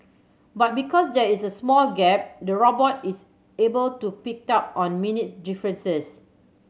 but because there is a small gap the robot is able to pick up on minute differences